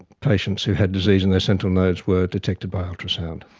patients who had disease in their sentinel nodes were detected by ultrasound.